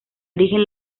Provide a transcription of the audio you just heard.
origen